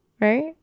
Right